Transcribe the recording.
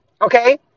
Okay